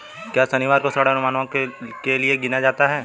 क्या शनिवार को ऋण अनुमानों के लिए गिना जाता है?